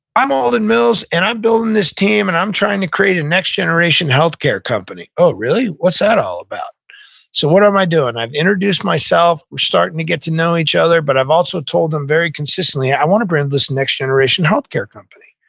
i'm alden mills, and i'm building this team, and i'm trying to create a next generation healthcare company. oh, really? what's that all about? so what am doing? i've introduced myself, we're starting to get to know each other, but i've also told them, very consistently, i want to grow this next generation healthcare company